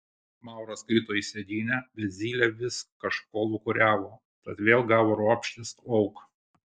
mauras krito į sėdynę bet zylė vis kažko lūkuriavo tad vėl gavo ropštis lauk